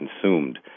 consumed